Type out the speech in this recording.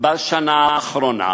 בשנה האחרונה,